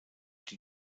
die